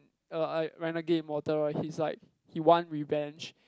uh I Renegade Immortal right he's like he want revenge